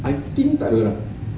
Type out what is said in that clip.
I think tak ada orang